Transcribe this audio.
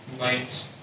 lights